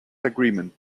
agreement